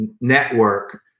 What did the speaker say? network